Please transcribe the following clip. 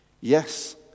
Yes